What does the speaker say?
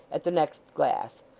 at the next glass.